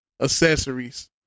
accessories